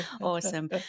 Awesome